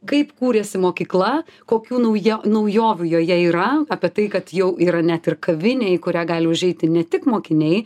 kaip kūrėsi mokykla kokių naujų naujovių joje yra apie tai kad jau yra net ir kavinė į kurią gali užeiti ne tik mokiniai